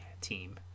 team